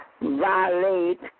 violate